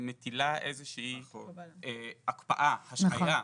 מטילה איזה שהיא הקפאה, השהיה,